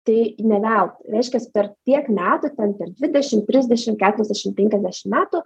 tai ne veltui reiškias per tiek metų ten per dvidešim trisdešim keturiasdešim penkiasdešim metų